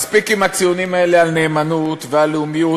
מספיק עם הציונים האלה על נאמנות ועל לאומיות.